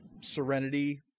serenity